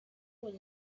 was